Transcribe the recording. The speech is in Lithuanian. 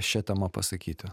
šia tema pasakyti